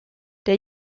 der